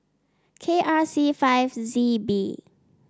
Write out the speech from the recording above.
K R C five Z B